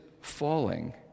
falling